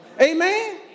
Amen